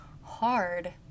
hard